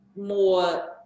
more